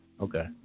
Okay